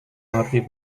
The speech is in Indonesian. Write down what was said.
mengerti